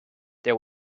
there